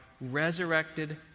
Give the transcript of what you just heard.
resurrected